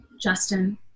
Justin